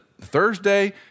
Thursday